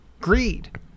greed